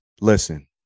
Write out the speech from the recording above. listen